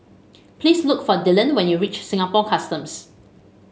please look for Dillan when you reach Singapore Customs